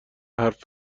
حرف